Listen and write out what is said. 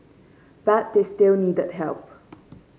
but they still needed help